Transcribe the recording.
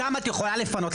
אותם את יכולה לפנות,